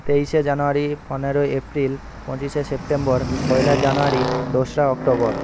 তেইশে জানুয়ারি পনেরোই এপ্রিল পঁচিশে সেপ্টেম্বর পয়লা জানুয়ারি দোসরা অক্টোবর